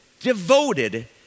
devoted